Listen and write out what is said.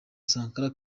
sankara